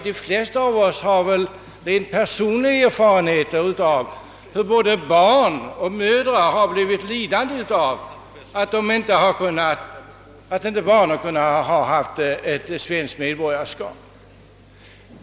De flesta av oss har väl personliga erfarenheter av hur både barn och mödrar blivit lidande av att barnen inte har haft svenskt medborgarskap.